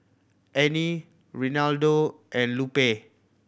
Anie Reinaldo and Lupe